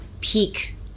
peak